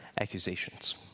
accusations